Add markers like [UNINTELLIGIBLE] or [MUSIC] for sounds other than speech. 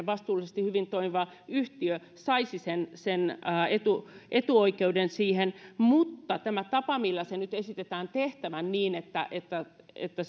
[UNINTELLIGIBLE] vastuullisesti hyvin toimiva yhtiö saisi sen sen etuoikeuden mutta tämä tapa millä se nyt esitetään tehtävän eli niin että että [UNINTELLIGIBLE]